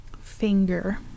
Finger